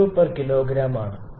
00101 m3 kg ആണ്